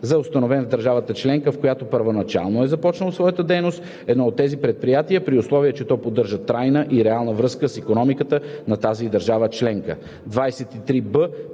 за установен в държавата членка, в която първоначално е започнало своята дейност едно от тези предприятия, при условие че то поддържа трайна и реална връзка с икономиката на тази държава членка.